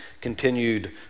continued